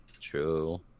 True